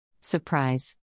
Surprise